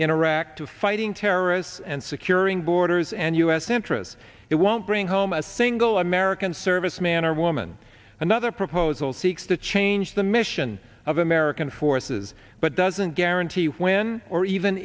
in iraq to fighting terrorists and securing borders and u s interests it won't bring home a single american serviceman or woman another proposal seeks to change the mission of american forces but doesn't guarantee when or even